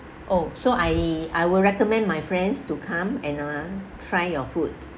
oh so I I will recommend my friends to come and uh try your food